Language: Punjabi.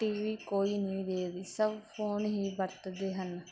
ਟੀਵੀ ਕੋਈ ਨਹੀਂ ਦੇਖਦੀ ਸਭ ਫੋਨ ਹੀ ਵਰਤਦੇ ਹਨ